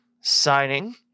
signing